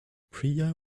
priya